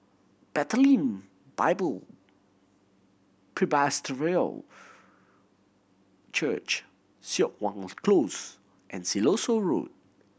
Bethlehem Bible Presbyterian Church Siok Wan Close and Siloso Road